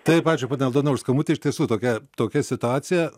taip ačiū ponia aldona už skambutį iš tiesų tokia tokia situacija